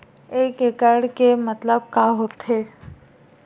एकड़ के मतलब का होथे?